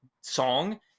song